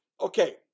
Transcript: okay